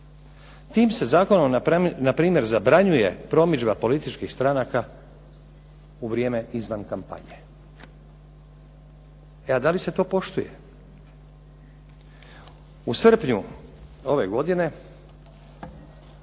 Tim se zakonom npr. zabranjuje promidžba političkih stranaka u vrijeme izvan kampanje. E a da li se to poštuje. U srpnju ove godine